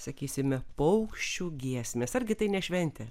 sakysime paukščių giesmės argi tai ne šventė